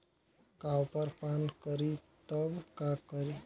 Copper पान करी तब का करी?